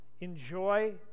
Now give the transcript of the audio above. enjoy